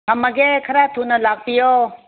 ꯊꯝꯃꯒꯦ ꯈꯔ ꯊꯨꯅ ꯂꯥꯛꯄꯤꯌꯣ